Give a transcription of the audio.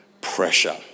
pressure